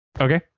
okay